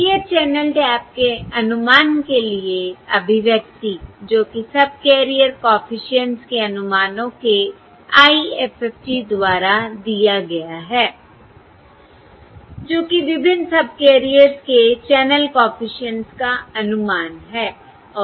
kth channel tap के अनुमान के लिए अभिव्यक्ति जो कि सबकैरियर कॉफिशिएंट्स के अनुमानों के IFFT द्वारा दिया जाता है जो कि विभिन्न सबकैरियर्स के चैनल कॉफिशिएंट्स का अनुमान है